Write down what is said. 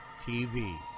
TV